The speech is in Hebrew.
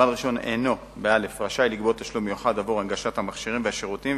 בעל רשיון אינו רשאי לגבות תשלום מיוחד עבור הנגשת המכשירים והשירותים,